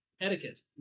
Etiquette